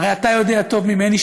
הרי אתה יודע טוב ממני,